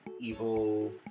Evil